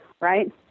right